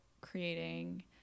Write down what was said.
creating